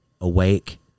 awake